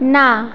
না